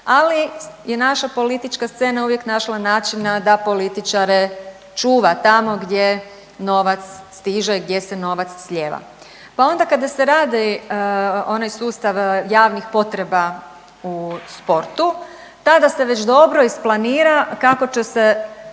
ali je naša politička scena uvijek našla načina da političare čuva tamo gdje novac stiže i gdje se novac slijeva. Pa onda kada se radi onaj sustav javnih potreba u sportu tada se već dobro isplanira kako će se